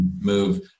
move